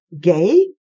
gay